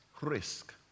Risk